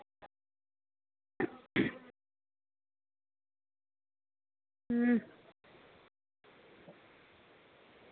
अं